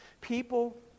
People